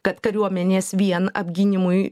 kad kariuomenės vien apgynimui